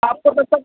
आप तो बताओ